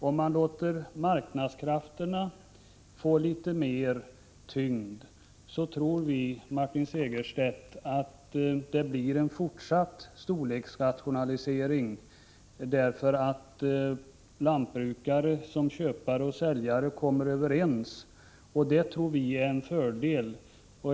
Om man låter marknadskrafterna få litet mer tyngd tror vi, Martin Segerstedt, att det blir en fortsatt storleksrationalisering, så att lantbrukare som köpare och säljare kommer att bli överens, vilket vi tror är en fördel.